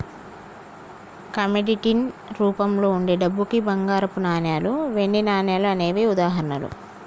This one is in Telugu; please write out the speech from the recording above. కమోడిటీస్ రూపంలో వుండే డబ్బుకి బంగారపు నాణాలు, వెండి నాణాలు అనేవే ఉదాహరణలు